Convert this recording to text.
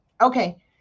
okay